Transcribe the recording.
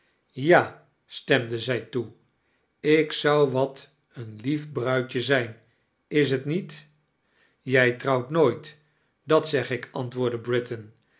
ja stemde zij toe ik zou wat een lief bruidje zijn is t niet jij trouwt nooit dat zeg ik antwoordde britain